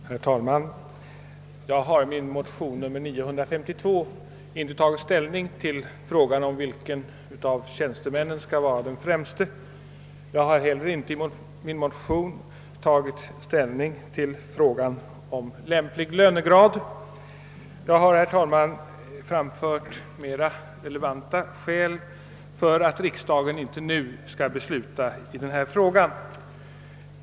Herr talman! Jag har i min motion II: 952 inte tagit ställning till frågan om vilken av tjänstemännen som skall vara den främste, och jag har inte heller i motionen diskuterat frågan om lämplig lönegrad. Jag har, herr talman, framfört mera relevanta skäl för att riksdagen inte nu skall besluta i denna fråga.